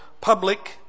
public